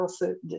de